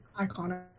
iconic